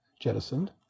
jettisoned